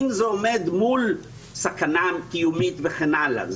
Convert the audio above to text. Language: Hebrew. אם זה עומד מול סכנה קיומית וכן הלאה.